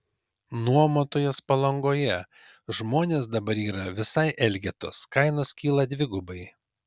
nuomotojas palangoje žmonės dabar yra visai elgetos kainos kyla dvigubai